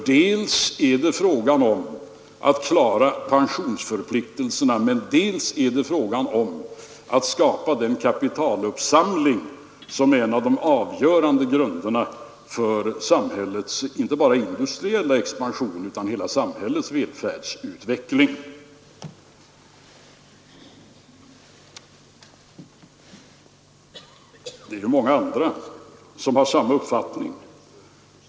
Det är fråga om att dels klara pensionsförpliktelserna, dels skapa den kapitaluppsamling som är en av de avgörande grunderna för inte bara industriell expansion utan för hela samhällets välfärdsutveckling. Det finns många andra som har samma uppfattning.